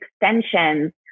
extensions